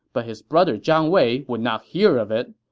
but his brother zhang wei would not hear of it.